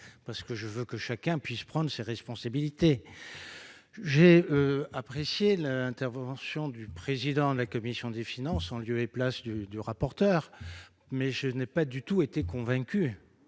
parce que je veux que chacun puisse prendre ses responsabilités. J'ai apprécié l'intervention du président de la commission des lois en lieu et place du rapporteur, mais je n'ai pas du tout été convaincu